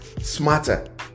smarter